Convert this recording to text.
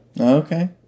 Okay